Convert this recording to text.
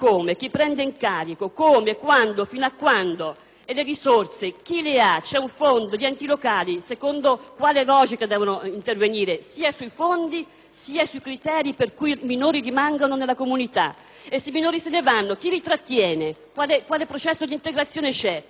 E le risorse? Chi le ha? C'è un fondo? Gli enti locali secondo quale logica devono intervenire sia sui fondi sia sui criteri per cui i minori rimangono nella comunità? E se i minori se ne vanno, chi li trattiene? Quale processo di integrazione c'è? Se noi siamo preoccupati che i minori possano cadere